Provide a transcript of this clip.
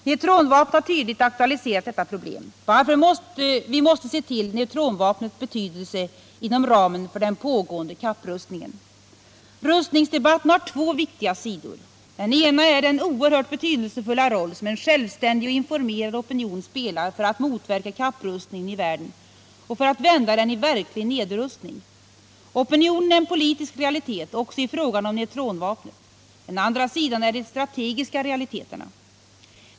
Neutronvapnet har tydligt aktualiserat detta problem, varför vi måste se till neutronvapnets betydelse inom ramen för den pågående kapprustningen. Rustningsdebatten har två viktiga sidor. Den ena är den oerhört betydelsefulla roll som en självständig och informerad opinion spelar för att motverka kapprustningen i världen och för att vända den i verklig nedrustning. Opinionen är en politisk realitet också i fråga om neutronvapnet. Den andra sidan är de strategiska realiteterna.